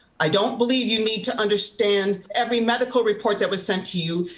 i don't believe you need to understand every medical report that was sent to you.